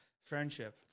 friendship